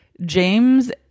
James